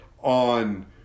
on